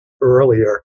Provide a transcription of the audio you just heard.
earlier